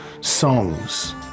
songs